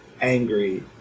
angry